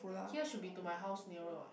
here should to be my house nearer what